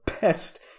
best